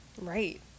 Right